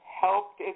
helped